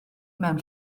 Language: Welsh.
mewn